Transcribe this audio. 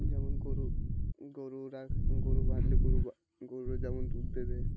যেমন গরু গরু রাখ গরু বাঁধলে গরু গরুর যেমন দুধ দেবে